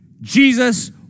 Jesus